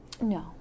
No